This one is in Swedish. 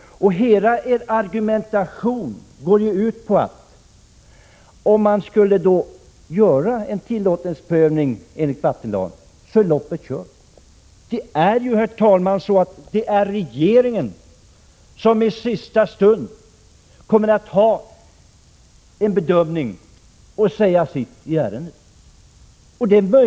Hela er argumentation går ut på att loppet är kört, om man skulle göra en tillåtelseprövning enligt vattenlagen. Det är dock, herr talman, regeringen som i sista stund har att göra en bedömning och säga sitt i ärendet.